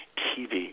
tv